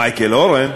מייקל אורן,